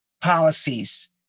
policies